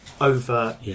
over